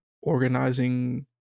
organizing